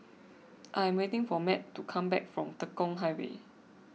I am waiting for Mat to come back from Tekong Highway